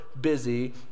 busy